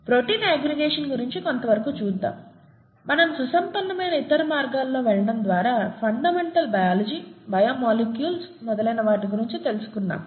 protein అగ్రిగేషన్ను గురించి కొంత వరకు చూద్దాం మనము సుసంపన్నమైన ఇతర మార్గాల్లో వెళ్లడం ద్వారా ఫండమెంటల్ బయాలజీ బయో మాలిక్యూల్స్ మొదలైన వాటి గురించి తెలుసుకున్నాము